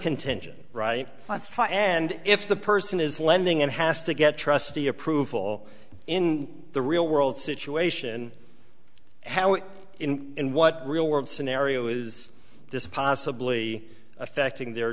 contention right and if the person is lending and has to get trustee approval in the real world situation how in what real world scenario is this possibly affecting their